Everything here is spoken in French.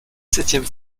septième